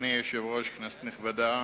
אדוני היושב-ראש, כנסת נכבדה,